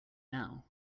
now